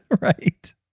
Right